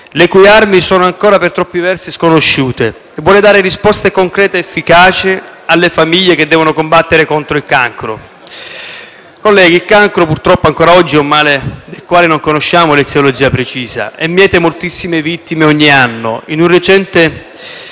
con armi che sono ancora, per troppi versi sconosciute. Inoltre, la mozione voleva dare risposte concrete ed efficaci alle famiglie che devono combattere contro il cancro. Colleghi, il cancro, purtroppo, ancora oggi, è un male di cui non conosciamo l'eziologia precisa e miete moltissime vittime ogni anno. In un recente